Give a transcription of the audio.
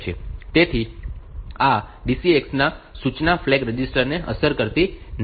તેથી આ DCX સૂચના ફ્લેગ રજિસ્ટર ને અસર કરતી નથી